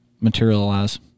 materialize